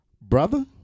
brother